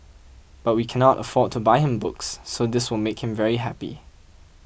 but we can not afford to buy him books so this will make him very happy